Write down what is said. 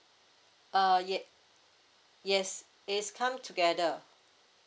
uh ye~ yes it's come together